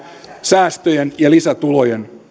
säästöjen ja lisätulojen